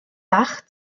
dach